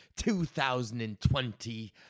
2020